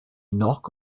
knock